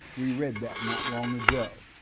we read that not long ago.